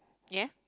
ya